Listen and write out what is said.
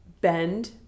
bend